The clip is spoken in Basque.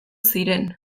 ziren